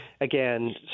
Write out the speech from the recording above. again